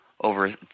over –